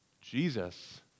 Jesus